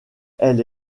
elle